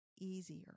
easier